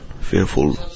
fearful